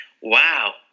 wow